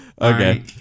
Okay